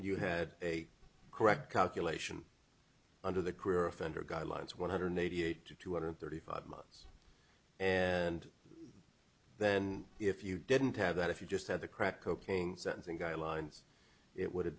you had a correct calculation under the career offender guidelines one hundred eighty eight to two hundred thirty five months and then if you didn't have that if you just had the crack cocaine sentencing guidelines it would